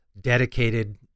dedicated